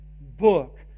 book